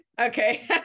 Okay